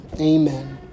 amen